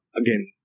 again